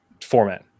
format